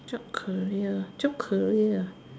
job career job career